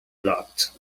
blocked